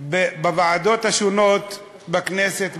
בוועדות השונות בכנסת,